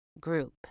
group